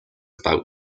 about